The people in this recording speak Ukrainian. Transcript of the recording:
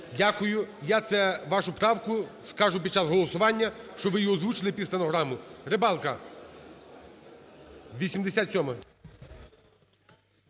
Дякую. Я це вашу правку скажу під час голосування, що ви її озвучили під стенограму. Рибалка, 87-а.